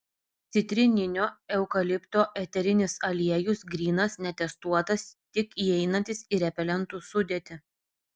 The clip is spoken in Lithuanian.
citrininio eukalipto eterinis aliejus grynas netestuotas tik įeinantis į repelentų sudėtį